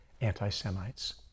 anti-Semites